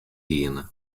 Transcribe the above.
hiene